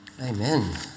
Amen